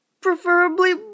Preferably